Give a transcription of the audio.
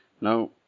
Now